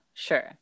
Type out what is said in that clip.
Sure